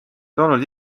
toonud